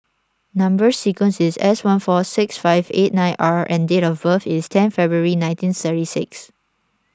Number Sequence is S one four six five eight nine R and date of birth is ten February nineteen thirty six